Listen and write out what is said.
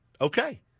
Okay